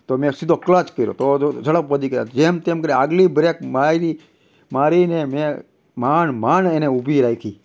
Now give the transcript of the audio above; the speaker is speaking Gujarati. તો મેં સીધો ક્લચ કર્યો તો ઝડપ વધી ગઈ જેમ તેમ કરી આગલી બ્રેક મારી મારી ને મેં માંડ માંડ એને ઊભી રાખી